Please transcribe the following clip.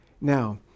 now